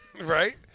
Right